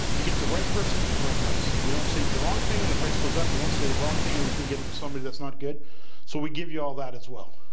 you get the right person at the right price. you don't say the wrong thing and the price goes up, you don't say the wrong thing and then you get somebody that's not good so we give you all that as well.